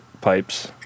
pipes